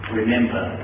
remember